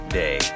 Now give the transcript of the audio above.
day